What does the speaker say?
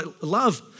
Love